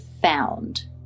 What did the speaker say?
found